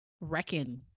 reckon